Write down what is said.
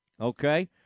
okay